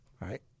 right